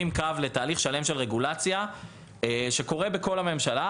קו לתהליך שלם של רגולציה שקורה בכל הממשלה.